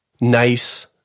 nice